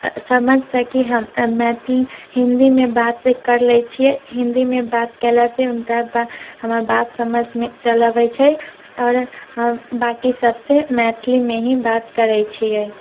समझ सकी हम मैथिली हिन्दीमे बात कर लै छियै हिन्दीमे बात केला से हुनका हमर बात समझमे चल अबै छै आओर हम बाँकी सभ से मैथिलीमे ही बात करै छियै